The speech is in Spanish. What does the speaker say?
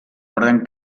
orden